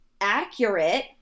accurate